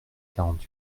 quarante